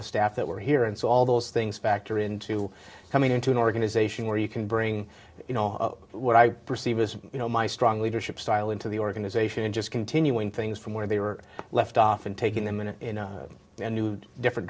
the staff that were here and so all those things factor into coming into an organization where you can bring you know what i perceive is you know my strong leadership style into the organization and just continuing things from where they were left off and taking them in a new different